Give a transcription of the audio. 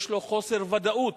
יש לו חוסר ודאות: